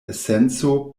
esenco